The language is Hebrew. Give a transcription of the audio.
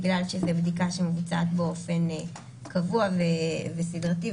בגלל שזו בדיקה שמבוצעת באופן קבוע וסדרתי,